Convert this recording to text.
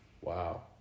Wow